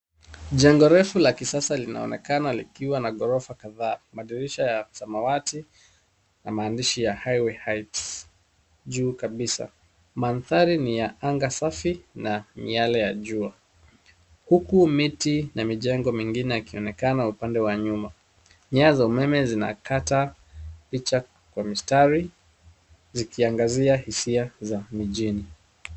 Jengo refu la kisasa linaonekana likiwa na ghorofa kadhaa, madirisha ya samawati na maandishi ya Highway Heights juu kabisa. Mandhari ni ya anga safi na miale ya jua, huku miti na mijengo mingine yakionekana upande wa nyuma. Nyaya za umeme zinakata picha kwa mistari, zikiangazia hisia za mijini.